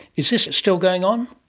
is this still going on?